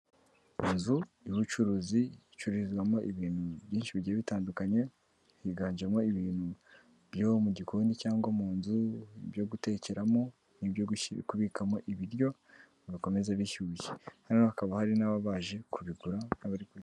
Inzu y'ubucuruzi, icururizwamo ibintu byinshi bigiye bitandukanye, higanjemo ibintu byo mu gikoni cyangwa mu nzu, ibyo gutekeramo n'ibyo kubikamo ibiryo, bikomeza bishyushye. Noneno hakaba hari n'ababa baje kubigura, n'abari kubinywa.